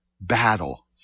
Battle